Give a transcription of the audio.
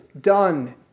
done